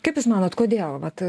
kaip jūs manot kodėl vat